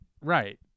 Right